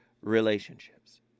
relationships